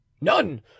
None